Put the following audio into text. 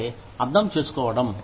అంటే అర్థం చేసుకోవడం